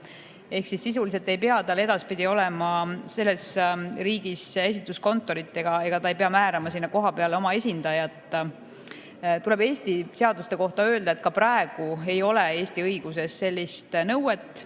Ehk sisuliselt ei pea tal edaspidi olema selles riigis esinduskontorit ja ta ei pea määrama sinna kohapeale oma esindajat. Eesti seaduste kohta tuleb öelda, et ka praegu ei ole Eesti õiguses sellist nõuet.